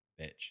bitch